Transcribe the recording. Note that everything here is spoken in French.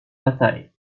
bataille